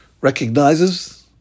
recognizes